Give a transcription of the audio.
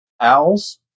owls